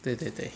对对对